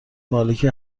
مالک